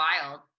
wild